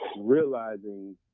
realizing